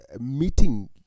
meeting